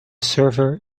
surfer